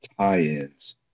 tie-ins